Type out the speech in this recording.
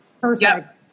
Perfect